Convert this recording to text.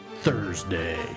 Thursday